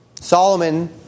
Solomon